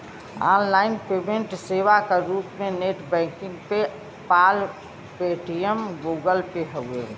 online payment सेवा क रूप में net banking PayPal, Paytm, Google Pay हउवे